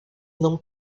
não